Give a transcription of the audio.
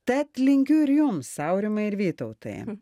tad linkiu ir jums aurimai ir vytautai